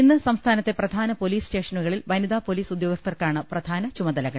ഇന്ന് സംസ്ഥാനത്തെ പ്രധാന പൊലീസ് സ്റ്റേഷനുകളിൽ വനിതാ പൊലീസ് ഉദ്യോഗസ്ഥർക്കാണ് പ്രധാന ചുമതലകൾ